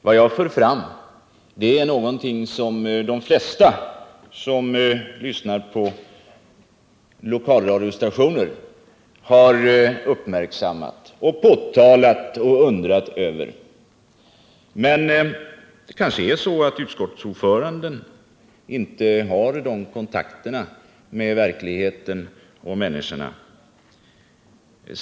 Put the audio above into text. Det jag för fram är något som de flesta som lyssnar på lokalradiostationer har uppmärksammat, påtalat och undrat över. Men utskottsordföranden kanske inte har de kontakterna med verkligheten och människorna.